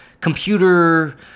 computer